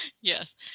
yes